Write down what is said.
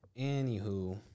Anywho